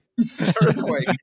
Earthquake